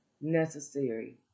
necessary